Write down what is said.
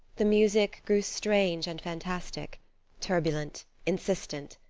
the music grew strange and fantastic turbulent, insistent,